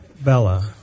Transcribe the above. Bella